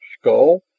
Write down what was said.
Skull